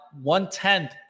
one-tenth